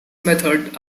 method